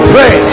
Pray